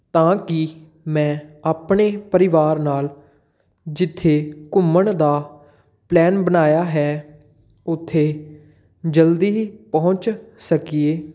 ਤਾਂ ਕਿ ਮੈਂ ਆਪਣੇ ਪਰਿਵਾਰ ਨਾਲ ਜਿੱਥੇ ਘੁੰਮਣ ਦਾ ਪਲੈਨ ਬਣਾਇਆ ਹੈ ਉੱਥੇ ਜਲਦੀ ਹੀ ਪਹੁੰਚ ਸਕੀਏ